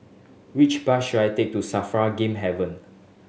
which bus should I take to SAFRA Game Haven